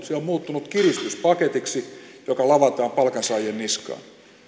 se on on muuttunut kiristyspaketiksi joka lavataan palkansaajien niskaan